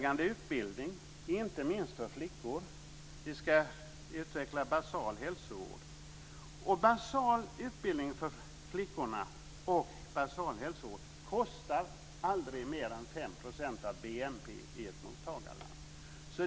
Basal utbildning för flickorna och basal hälsovård kostar aldrig mer än 5 % av BNP i ett mottagarland.